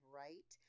right